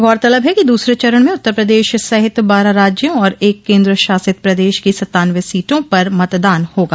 गौरतलब है कि दूसरे चरण में उत्तर प्रदेश सहित बारह राज्यों और एक केन्द्र शासित प्रदेश की सत्तानवे सीटों पर मतदान होगा